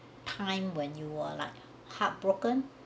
time when you were like heartbroken